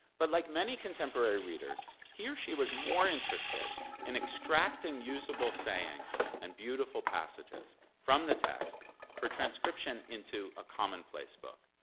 but like many contemporary readers, he or she was more interested in extracting usable sayings and beautiful passages from the text for transcription into a commonplace book.